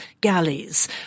galleys